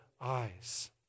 eyes